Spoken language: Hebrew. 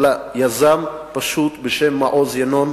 אלא יזם פשוט בשם מעוז ינון,